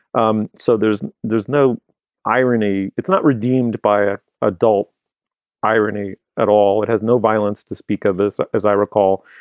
um so there's there's no irony. it's not redeemed by ah adult irony at all. it has no violence to speak of. as as i recall.